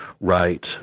right